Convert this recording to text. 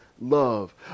love